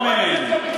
לא ממני.